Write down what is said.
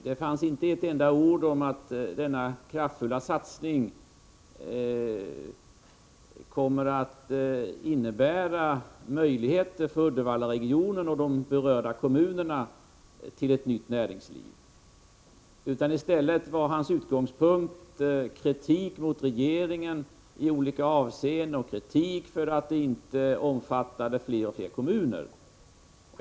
Det fanns alltså inte ett enda ord om att denna kraftfulla satsning kommer att innebära möjligheter för Uddevallaregionen och de berörda kommunerna till ett nytt näringsliv, utan i stället var Ingvar Karlssons utgångspunkt kritik mot regeringen i olika avseenden och kritik för att satsningen inte omfattade ännu fler kommuner.